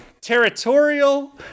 territorial